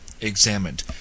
examined